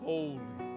Holy